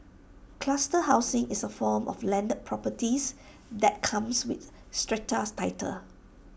cluster housing is A form of landed properties that comes with strata titles